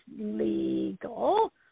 legal